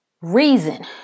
reason